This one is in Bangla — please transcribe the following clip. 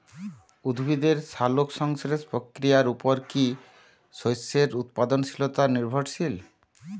উদ্ভিদের সালোক সংশ্লেষ প্রক্রিয়ার উপর কী শস্যের উৎপাদনশীলতা নির্ভরশীল?